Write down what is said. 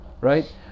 right